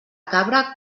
cabra